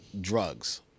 drugs